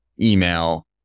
email